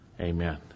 Amen